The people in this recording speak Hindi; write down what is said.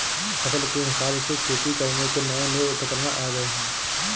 फसल के हिसाब से खेती करने के नये नये उपकरण आ गये है